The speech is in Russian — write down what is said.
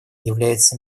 является